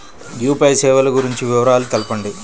UPI సేవలు గురించి వివరాలు తెలుపండి?